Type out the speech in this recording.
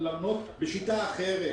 בשיטה אחרת,